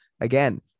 Again